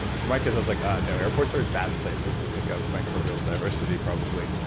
ah for my kids, i was like, ah no, airports are bad places to pick up microbial diversity probably.